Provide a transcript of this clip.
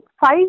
five